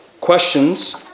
questions